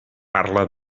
parla